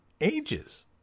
ages